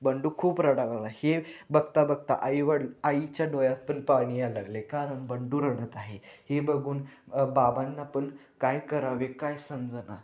बंडू खूप रडावला हे बघता बघता आईवड आईच्या डोळ्यात पण पाणी यायला लागले कारण बंडू रडत आहे हे बघून बाबांना पण काय करावे काय समजेना